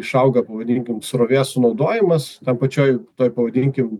išauga pavadinkim srovės sunaudojimas pačioj toj pavadinkim